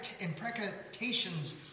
imprecations